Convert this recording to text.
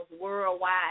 worldwide